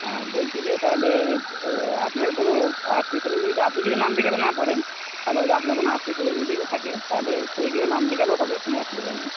হ্যাঁ বলছি যে তাহলে আপনার কোন আত্মীয়স্বজন যদি আপনি যদি নাম লেখাতে না পারেন তাহলে হয়তো আপনার কোন আত্মীয়স্বজন যদি কেউ থাকে তাহলে সে গিয়ে নাম লেখালেও হবে কোন অসুবিধা নেই